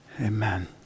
amen